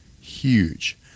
huge